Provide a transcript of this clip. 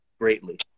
greatly